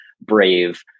Brave